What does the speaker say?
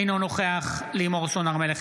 אינו נוכח לימור סון הר מלך,